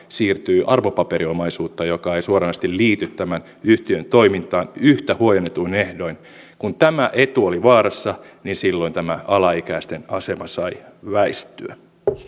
siirtyy arvopaperiomaisuutta joka ei suoranaisesti liity tämän yhtiön toimintaan yhtä huojennetuin ehdoin kun tämä etu oli vaarassa niin silloin tämä alaikäisten asema sai väistyä